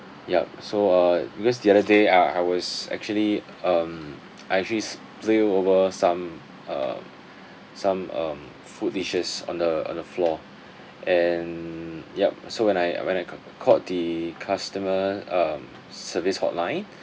yup so uh because the other day ah I was actually um I actually spilled over some uh some um food dishes on the on the floor and yup so when I when I ca~ called the customer um service hotline